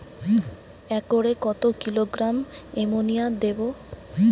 একরে কত kilogram ammonia দেবো?